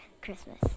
Christmas